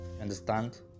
Understand